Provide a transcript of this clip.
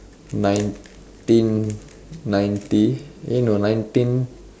nineteen ninety eh no nineteen